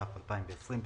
התש"ף 2020 ,